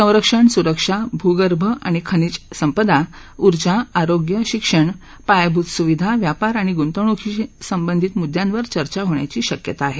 संरक्षण सुरक्षा भूगर्भ आणि खनिज संपदा ऊर्जा आरोग्य शिक्षण पायाभूत सुविधा व्यापार आणि गुंतवणूकीशी संबंधित मुद्यांवर चर्चा होण्याची शक्यता आहे